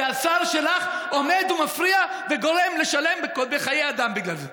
והשר שלך עומד ומפריע וגורם לשלם בחיי אדם בגלל זה.